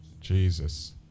Jesus